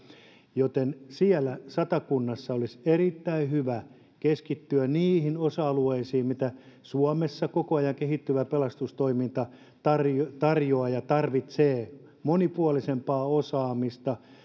joten siellä satakunnassa olisi erittäin hyvä keskittyä niihin osa alueisiin mitä suomessa koko ajan kehittyvä pelastustoiminta tarjoaa tarjoaa ja tarvitsee monipuolisempaa osaamista